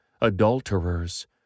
adulterers